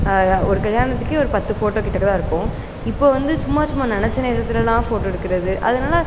ஒரு கல்யாணத்துக்கே ஒரு பத்து ஃபோட்டோ கிட்டக்கதான் இருக்கும் இப்போ வந்து சும்மா சும்மா நினச்ச நேரத்திலலாம் ஃபோட்டோ எடுக்கிறது அதனாலே